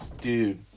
Dude